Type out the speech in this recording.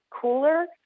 cooler